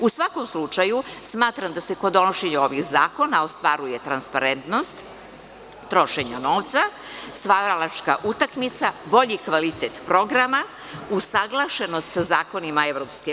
U svakom slučaju, smatram da se kod donošenja ovih zakona ostvaruje transparentnost trošenja novca, stvaralačka utakmica, bolji kvalitet programa, usaglašenost sa zakonima EU.